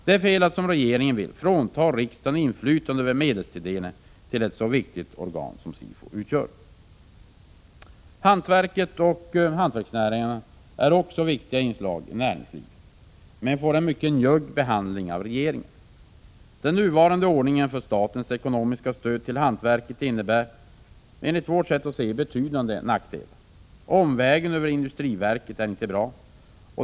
Det är fel att, som regeringen vill, frånta riksdagen inflytande över medelstilldelningen till ett så viktigt organ som SIFU är. Hantverket och hantverksnäringarna är viktiga inslag i näringslivet, men får en mycket njugg behandling av regeringen. Den nuvarande ordningen för statens ekonomiska stöd till hantverket innebär enligt vårt sätt att se betydande nackdelar. Omvägen över industriverket är inte bra.